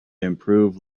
improve